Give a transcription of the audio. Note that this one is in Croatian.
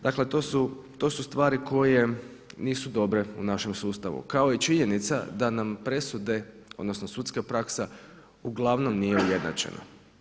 Dakle, to su stvari koje nisu dobre u našem sustavu kao i činjenica da nam presude, odnosno sudska praksa uglavnom nije ujednačena.